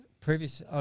previous